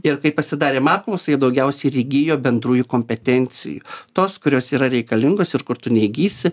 ir kai pasidarėm apklausą jie daugiausiai ir įgijo bendrųjų kompetencijų tos kurios yra reikalingos ir kur tu neįgysi